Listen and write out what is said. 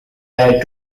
died